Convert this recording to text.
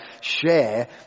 share